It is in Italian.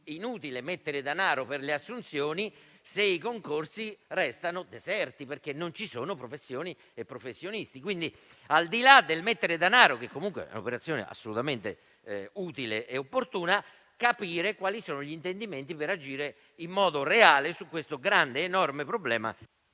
inutile mettere danaro per le assunzioni, se i concorsi restano deserti, perché non ci sono professionisti. Pertanto, al di là del mettere danaro, che comunque è un'operazione assolutamente utile e opportuna, bisogna capire quali sono gli intendimenti per agire in modo reale su questo enorme problema.